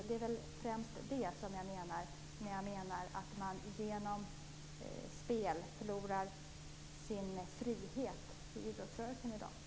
Det är det jag menar när jag hävdar att idrottsrörelsen i dag förlorar sin frihet på grund av spel.